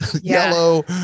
yellow